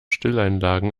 stilleinlagen